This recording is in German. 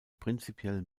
prinzipiell